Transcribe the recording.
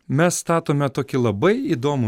mes statome tokį labai įdomų